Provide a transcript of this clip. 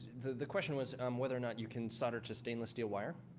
the question was um whether or not you can solder to stainless steel wire